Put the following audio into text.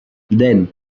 then